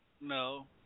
no